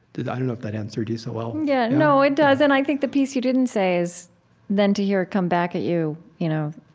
i don't know if that answered you so well yeah, no, it does. and i think the piece you didn't say is then to hear it come back at you, you know,